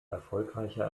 erfolgreicher